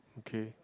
okay